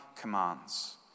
commands